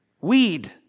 Weed